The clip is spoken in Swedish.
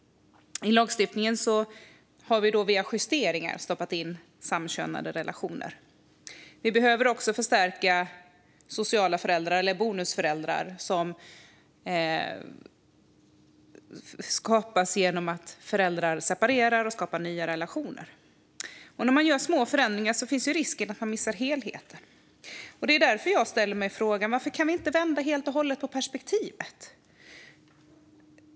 I lagstiftningen har vi via justeringar stoppat in samkönade relationer. Vi behöver också förstärka sociala föräldrar, eller bonusföräldrar. De skapas genom att föräldrar separerar och skapar nya relationer. När man gör små förändringar finns risken att man missar helheten. Det är därför jag ställer mig frågan: Varför kan vi inte vända helt och hållet på perspektivet?